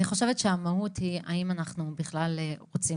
אני חושבת שהמהות היא האם אנחנו בכלל רוצים